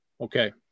Okay